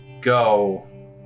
go